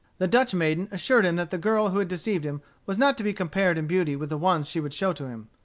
the dutch maiden assured him that the girl who had deceived him was not to be compared in beauty with the one she would show to him.